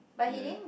ya